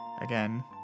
Again